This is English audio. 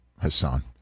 Hassan